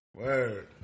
Word